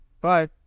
bye